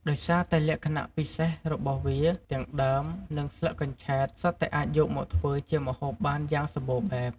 ដោយសារតែលក្ខណៈពិសេសរបស់វា ទាំងដើម និងស្លឹកកញ្ឆែតសុទ្ធតែអាចយកមកធ្វើជាម្ហូបបានយ៉ាងសម្បូរបែប។